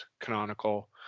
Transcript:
Canonical